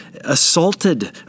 assaulted